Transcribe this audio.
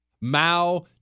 Mao